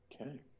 Okay